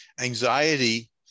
anxiety